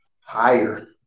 higher